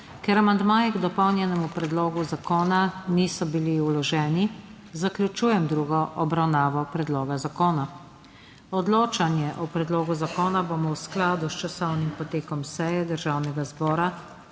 Ker amandmaji k dopolnjenemu predlogu zakona niso bili vloženi, zaključujem drugo obravnavo predloga zakona. Odločanje o predlogu zakona bomo v skladu s časovnim potekom seje Državnega zbora